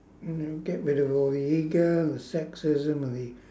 and get rid of all the ego the sexism and the